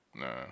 Nah